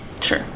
Sure